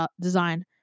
design